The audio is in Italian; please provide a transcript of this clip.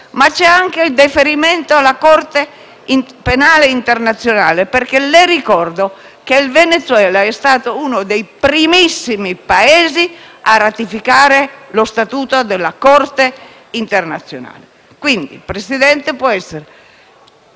ma c'è anche il deferimento alla Corte penale internazionale perché le ricordo che il Venezuela è stato uno dei primissimi Paesi a ratificare lo statuto della Corte internazionale; quindi il Presidente può difendersi